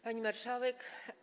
Pani Marszałek!